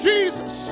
Jesus